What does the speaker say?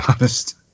honest